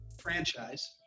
franchise